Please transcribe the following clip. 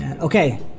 Okay